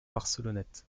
barcelonnette